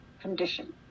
condition